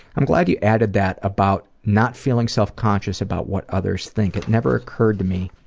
i'm glad you added that about not feeling self conscious about what others think, it never occurred to me